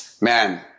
man